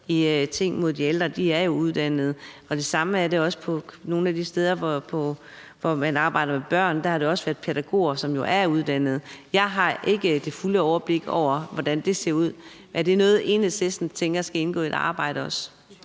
ting mod de ældre, er jo uddannede, og det samme gælder også nogle af de steder, hvor man arbejder med børn. Der har det også været pædagoger, som jo er uddannede. Jeg har ikke det fulde overblik over, hvordan det ser ud. Er det noget, Enhedslisten tænker skal indgå i arbejdet også?